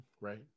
right